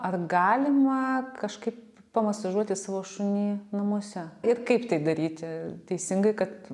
ar galima kažkaip pamasažuoti savo šunį namuose ir kaip tai daryti teisingai kad